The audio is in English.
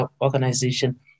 organization